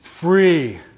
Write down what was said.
free